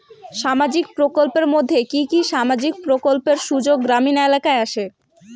সামাজিক প্রকল্পের মধ্যে কি কি সামাজিক প্রকল্পের সুযোগ গ্রামীণ এলাকায় আসে?